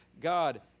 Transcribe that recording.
God